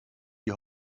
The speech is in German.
die